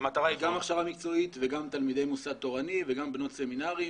המטרה היא גם הכשרה מקצועית וגם תלמידי מוסד תורני וגם בנות סמינרים,